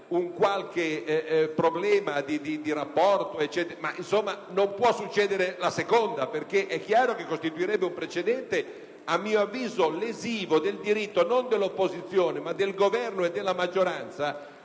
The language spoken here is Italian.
un qualche problema di rapporti, ma non può accadere una seconda, perché è chiaro che costituirebbe un precedente lesivo del diritto non dell'opposizione, ma del Governo e della maggioranza